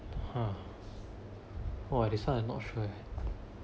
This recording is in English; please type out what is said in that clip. !huh! !wah! this one I not sure eh